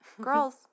girls